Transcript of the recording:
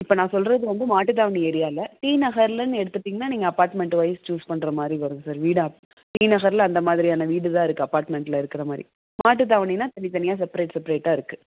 இப்போ நான் சொல்கிறது வந்து மாட்டு தாவணி ஏரியாவில டிநகர்லேன்னு எடுத்துக்கிட்டிங்கன்னால் நீங்கள் அப்பார்ட்மெண்ட் வைஸ் சூஸ் பண்ணுற மாதிரி வரும் சார் வீடாக டிநகரில் அந்த மாதிரியான வீடு தான் இருக்குது அப்பார்ட்மெண்ட்டில் இருக்கிற மாதிரி மாட்டுதாவணினால் தனி தனியாக செப்பரேட் செப்பரேட்டாக இருக்குது